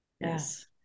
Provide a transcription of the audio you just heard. Yes